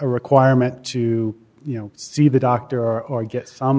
a requirement to you know see the doctor or get some